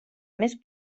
més